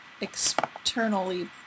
externally